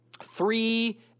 Three